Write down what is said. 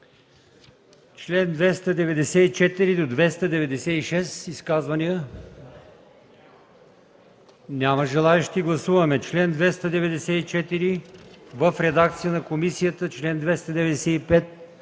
чл. 294 до чл. 296 – изказвания? Няма желаещи. Гласуваме чл. 294 в редакция на комисията, чл. 295